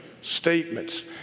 statements